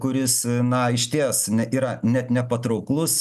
kuris na išties yra net nepatrauklus